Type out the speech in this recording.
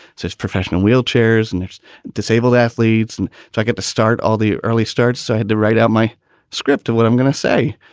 says professional wheelchairs and it's disabled athletes. and so i get to start all the early starts. so i had to write out my script to what i'm going to say.